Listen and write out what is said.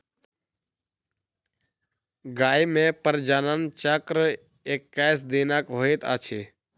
गाय मे प्रजनन चक्र एक्कैस दिनक होइत अछि